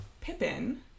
Pippin